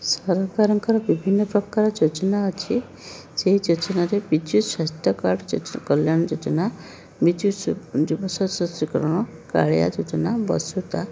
ସରକାରଙ୍କର ବିଭିନ୍ନ ପ୍ରକାର ଯୋଜନା ଅଛି ସେହି ଯୋଜନାରେ ବିଜୁ ସ୍ୱାସ୍ଥ୍ୟ କାର୍ଡ଼ ଯୋ କଲ୍ୟାଣ ଯୋଜନା ବିଜୁ ଯୁବ ସଶକ୍ତିକରଣ କାଳିଆ ଯୋଜନା ବସୁଦା